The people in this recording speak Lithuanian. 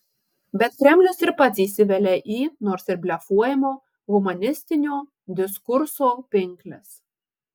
bet kremlius ir pats įsivelia į nors ir blefuojamo humanistinio diskurso pinkles